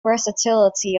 versatility